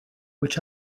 which